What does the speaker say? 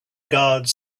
guards